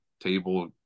table